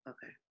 Okay